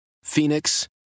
Phoenix